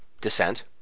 descent